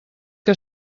que